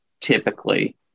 Typically